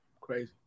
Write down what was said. Crazy